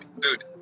dude